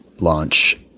launch